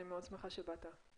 אני מאוד שמחה שבאת.